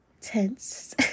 tense